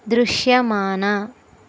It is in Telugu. దృశ్యమాన